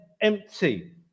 Empty